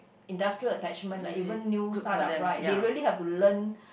industrial attachment like even new start up right they really have to learn